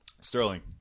Sterling